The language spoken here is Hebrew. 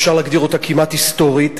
אפשר להגדיר אותה כמעט היסטורית.